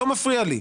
זה לא מפריע לי.